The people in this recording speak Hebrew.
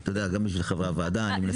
גם בשביל חבריי הוועדה, אני מנסה להיות פרקטי.